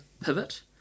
pivot